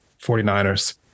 49ers